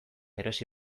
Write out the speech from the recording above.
erosi